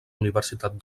universitat